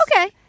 Okay